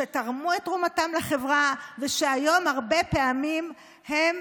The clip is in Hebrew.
שתרמו את תרומתם לחברה ושהיום הרבה פעמים הם